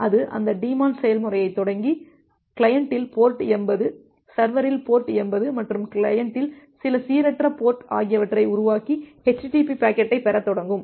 எனவே அது அந்த டீமான் செயல்முறையைத் தொடங்கி கிளையண்டில் போர்ட் 80 சர்வரில் போர்ட் 80 மற்றும் கிளையண்டில் சில சீரற்ற போர்ட் ஆகியவற்றை உருவாக்கி http பாக்கெட்டைப் பெறத் தொடங்கும்